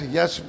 Yes